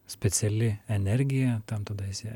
speciali energija ten tada esi